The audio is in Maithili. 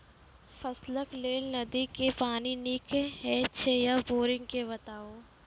फसलक लेल नदी के पानि नीक हे छै या बोरिंग के बताऊ?